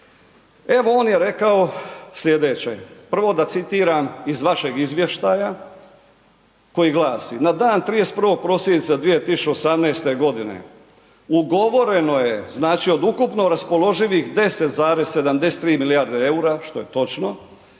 Evo, on je rekao slijedeće, prvo da citiram iz vašeg izvještaja koji glasi, na dan 31. prosinca 2018.g. ugovoreno je, znači, od ukupno raspoloživih 10,73 milijarde EUR-a, što je točno,